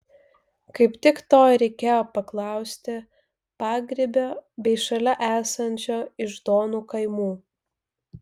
kaip tik to ir reikėjo paklausti pagrybio bei šalia esančio iždonų kaimų